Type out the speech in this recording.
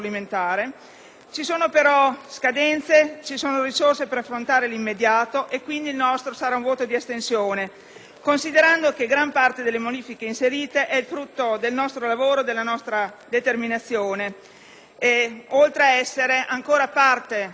ci sono però scadenze e risorse per affrontare l'immediato. Pertanto, preannuncio che il nostro sarà un voto di astensione, considerando che gran parte delle modifiche inserite è frutto del nostro lavoro e della nostra determinazione,